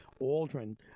aldrin